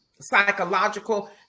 psychological